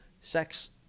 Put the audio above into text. sex